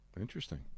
Interesting